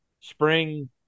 Spring